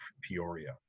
Peoria